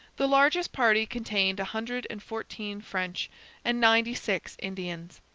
the largest party contained a hundred and fourteen french and ninety six indians.